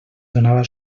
donava